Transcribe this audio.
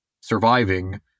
surviving